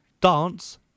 Dance